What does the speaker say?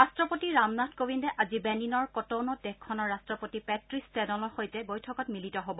ৰাট্টপতি ৰামনাথ কোবিন্দে আজি বেনিনৰ কটনৌত দেশখনৰ ৰাট্টপতি পেট্টিচ টেলনৰ সৈতে বৈঠকত মিলিত হব